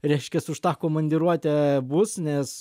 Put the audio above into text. reiškias už tą komandiruotę bus nes